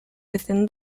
within